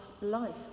life